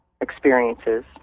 experiences